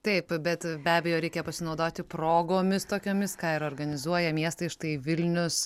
taip bet be abejo reikia pasinaudoti progomis tokiomis ką ir organizuoja miestai štai vilnius